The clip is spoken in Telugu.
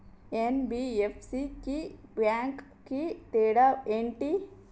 ఎన్.బి.ఎఫ్.సి కి బ్యాంక్ కి తేడా ఏంటి?